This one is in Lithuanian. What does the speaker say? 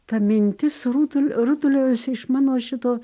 ta mintis rutulį rutuliojosi iš mano šito